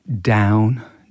down